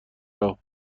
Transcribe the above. راه